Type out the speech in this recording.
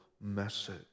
message